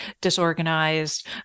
disorganized